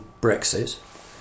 Brexit